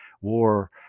war